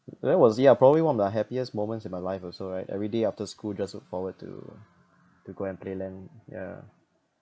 that was yeah probably one of the happiest moments in my life also right every day after school just look forward to to go and play LAN ya